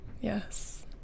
Yes